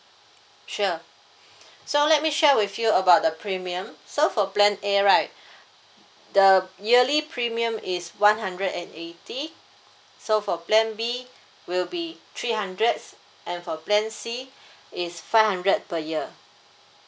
sure so let me share with you about the premium so for plan A right the yearly premium is one hundred and eighty so for plan B will be three hundred and for plan C is five hundred per year